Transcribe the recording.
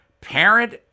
parent